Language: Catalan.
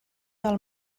del